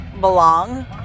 belong